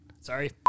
Sorry